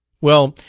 well,